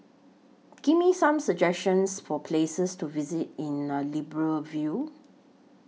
Give Me Some suggestions For Places to visit in Libreville